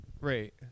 Right